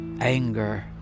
anger